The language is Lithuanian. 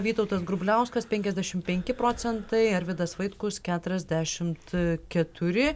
vytautas grubliauskas penkiasdešimt penki procentai arvydas vaitkus keturiasdešimt keturi